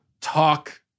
talk